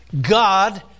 God